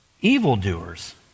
evildoers